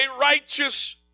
righteous